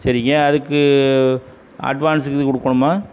சரிங்க அதுக்கு அட்வான்ஸு கீது கொடுக்கணுமா